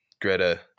Greta